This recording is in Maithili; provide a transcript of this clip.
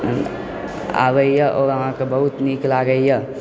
आबैए आओर अहाँकेँ बहुत नीक लागैए